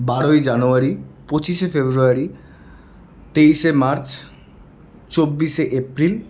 বারোই জানুয়ারি পঁচিশে ফেব্রুয়ারি তেইশে মার্চ চব্বিশে এপ্রিল